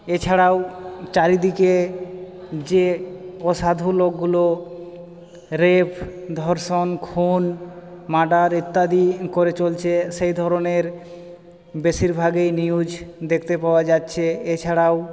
এছাড়াও চারিদিকে যে অসাধু লোকগুলো রেপ ধর্ষণ খুন মার্ডার ইত্যাদি করে চলছে সেই ধরনের বেশিরভাগই নিউজ দেখতে পাওয়া যাচ্ছে এছাড়াও